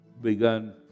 begun